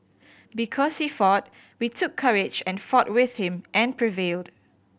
because he fought we took courage and fought with him and prevailed